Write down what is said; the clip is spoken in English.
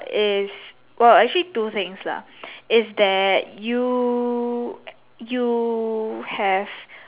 is well actually two things ah is that you you have